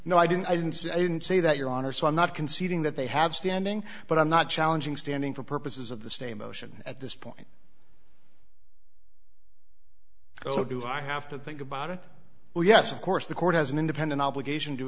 no i didn't i didn't say that your honor so i'm not conceding that they have standing but i'm not challenging standing for purposes of the stay motion at this point so do i have to think about it well yes of course the court has an independent obligation to